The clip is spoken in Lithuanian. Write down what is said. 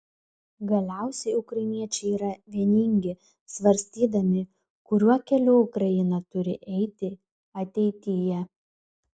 galiausiai ukrainiečiai yra vieningi svarstydami kuriuo keliu ukraina turi eiti ateityje